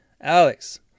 Alex